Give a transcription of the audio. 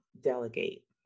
delegate